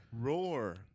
Roar